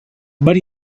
but